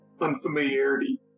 unfamiliarity